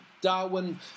Darwin